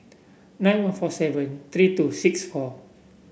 nine one four seven three two six four